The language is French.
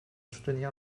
soutenir